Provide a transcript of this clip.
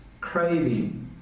craving